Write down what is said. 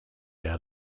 out